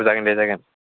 औ जागोन दे जागोन